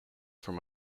from